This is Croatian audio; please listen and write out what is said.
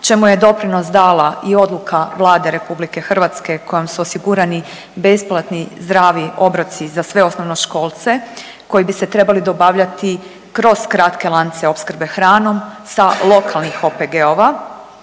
čemu je doprinos dala i odluka Vlade RH kojom su osigurani besplatni zdravi obroci za sve osnovnoškolce koji bi se trebali dobavljati kroz kratke lance opskrbe hranom sa lokalnih OPG-ova